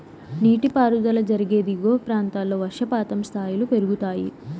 నీటిపారుదల జరిగే దిగువ ప్రాంతాల్లో వర్షపాతం స్థాయిలు పెరుగుతాయి